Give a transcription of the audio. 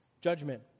judgment